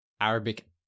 Arabic